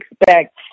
expect